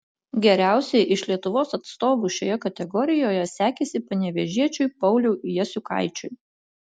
geriausiai iš lietuvos atstovų šioje kategorijoje sekėsi panevėžiečiui pauliui jasiukaičiui